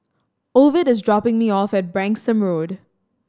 Ovid is dropping me off at Branksome Road